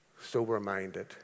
sober-minded